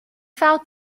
fell